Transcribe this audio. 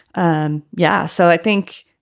um yeah. so i think,